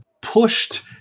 pushed